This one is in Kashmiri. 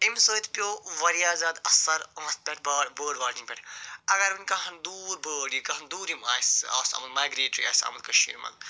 اَمہِ سۭتۍ پیوٚو وارِیاہ زیادٕ اَثر اَتھ پٮ۪ٹھ باڈ بٲرڈ واچنٛگ پٮ۪ٹھ اگر وۅنۍ کانٛہہ دوٗر بٲرڈ یی کانٛہہ دوٗریِم آسہِ آمُت مایگریٹری آسہِ آمُت کٔشیٖرِ منٛز